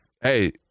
Hey